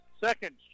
second